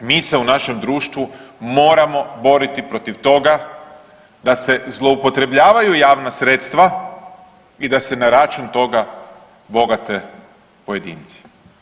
Mi se u našem društvu moramo boriti protiv toga da se zloupotrebljavaju javna sredstva i da se na račun toga bogate pojedinci.